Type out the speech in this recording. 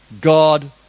God